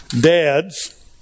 Dads